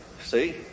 See